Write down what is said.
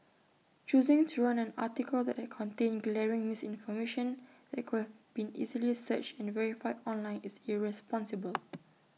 choosing to run an article that contained glaring misinformation that could have been easily searched and verified online is irresponsible